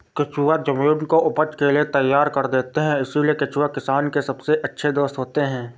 केंचुए जमीन को उपज के लिए तैयार कर देते हैं इसलिए केंचुए किसान के सबसे अच्छे दोस्त होते हैं